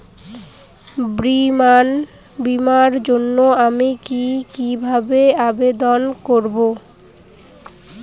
বিমার জন্য আমি কি কিভাবে আবেদন করব?